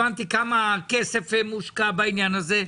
הבנתי כמה כסף מושקע בעניין הזה.